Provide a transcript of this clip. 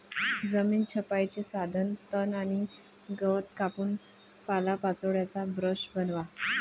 जमीन छपाईचे साधन तण आणि गवत कापून पालापाचोळ्याचा ब्रश बनवा